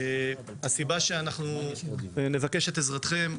הסיבה שאנחנו נבקש את עזרתכם,